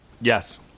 Yes